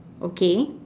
okay